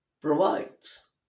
provides